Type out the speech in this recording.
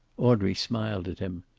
audrey smiled at him.